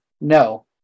No